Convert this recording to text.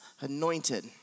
anointed